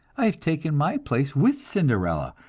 i have taken my place with cinderella.